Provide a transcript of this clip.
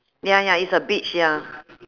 ya ya is a beach ya